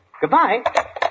Goodbye